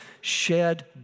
shed